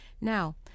now